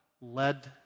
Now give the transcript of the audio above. led